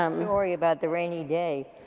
um you a story about the rainy day,